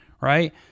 right